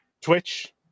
Twitch